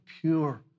pure